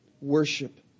worship